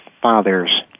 father's